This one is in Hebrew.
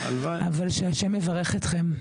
אבל שהשם יברך אתכם,